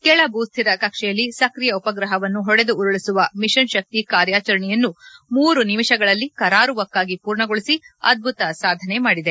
ಕೆಳ ಭೂಸ್ಲಿರ ಕಕ್ಷೆಯಲ್ಲಿ ಸಕ್ರಿಯ ಉಪಗ್ರಹವನ್ನು ಹೊಡೆದು ಉರುಳಿಸುವ ಮಿಷನ್ ಶಕ್ತಿ ಕಾರ್ಯಾಚರಣೆಯನ್ನು ಮೂರು ನಿಮಿಷಗಳಲ್ಲಿ ಕರಾರುವಕ್ಕಾಗಿ ಪೂರ್ಣಗೊಳಿಸಿ ಅದ್ಬುತ ಸಾಧನೆ ಮಾದಿದೆ